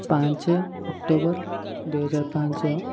ପାଞ୍ଚ ଅକ୍ଟୋବର ଦୁଇହଜାର ପାଞ୍ଚ